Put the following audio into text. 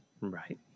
Right